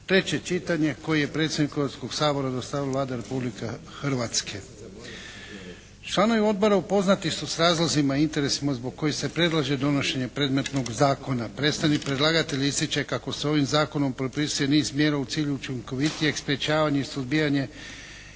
treće čitanje koje je predsjedniku Hrvatskog sabora dostavila Vlada Republike Hrvatske. Članovi Odbora upoznati su sa razlozima i interesima zbog kojih se predlaže donošenje predmetnog zakona. Predstavnik predlagatelja ističe kako se ovim zakonom propisuje niz mjera u cilju učinkovitijeg sprječavanja i suzbijanja